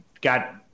got